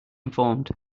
informed